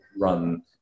run